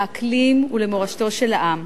לאקלים ולמורשתו של העם.